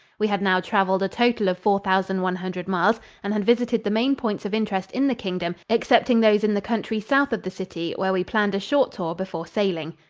we had now traveled a total of four thousand one hundred miles and had visited the main points of interest in the kingdom excepting those in the country south of the city, where we planned a short tour before sailing.